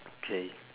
okay